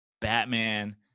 batman